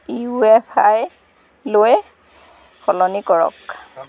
U F I লৈ সলনি কৰক